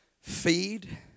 feed